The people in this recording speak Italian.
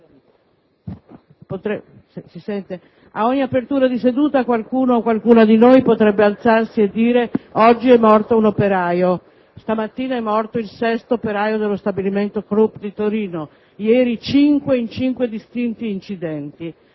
ad ogni apertura di seduta qualcuno o qualcuna di noi potrebbe alzarsi e dire: «Oggi è morto un operaio». Questa mattina è morto il sesto operaio dello stabilimento ThyssenKrupp di Torino; ieri ne sono morti cinque in cinque distinti incidenti.